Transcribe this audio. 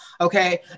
Okay